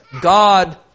God